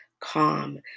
calm